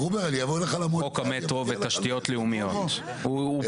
גרובר אני אבוא אליך למועצה -- רגע אני